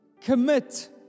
commit